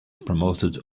promoted